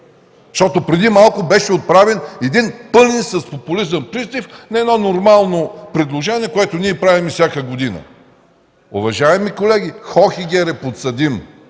Защото преди малко беше отправен един пълен с популизъм призив на едно нормално предложение, което правим всяка година. Уважаеми колеги, Хохегер е подсъдим